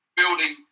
building